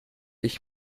ich